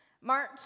March